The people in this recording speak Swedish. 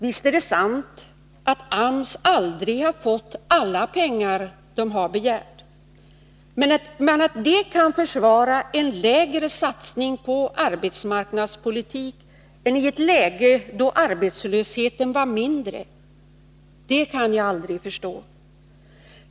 Visst är det sant att AMS aldrig har fått alla pengar man har begärt, men att det kan försvara en lägre satsning på arbetsmarknadspolitik än i ett läge då arbetslösheten var mindre —det kan jag aldrig förstå.